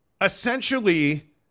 essentially